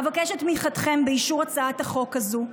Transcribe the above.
אבקש את תמיכתכם באישור הצעת החוק הזו.